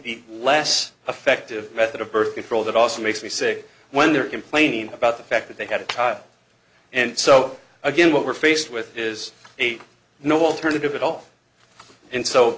the last effective method of birth control that also makes me sick when they're complaining about the fact that they had it and so again what we're faced with is eight no alternative at all and so